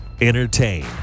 Entertain